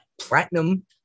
Platinum